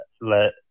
Let